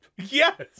yes